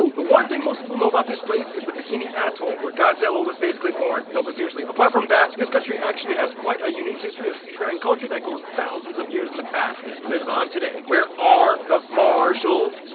one thing most people know about this place is the bikini atoll where godzilla was basically born. no but seriously. apart from that, this country actually has quite a unique history of seafaring culture that goes thousands of years in the past and it lives on today. where are the marshalls? well,